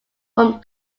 from